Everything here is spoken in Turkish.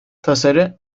tasarı